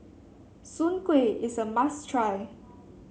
Soon Kway is a must try